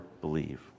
believe